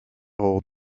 hors